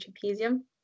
trapezium